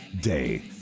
Day